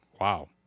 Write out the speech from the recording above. Wow